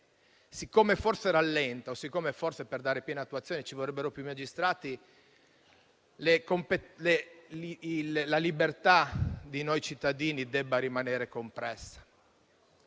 siccome forse rallenta e siccome, forse, per dare piena attuazione alla legge ci vorrebbero più magistrati, la libertà di noi cittadini debba rimanere compressa.